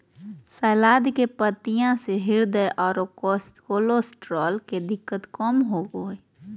सलाद के पत्तियाँ से हृदय आरो कोलेस्ट्रॉल के दिक्कत कम होबो हइ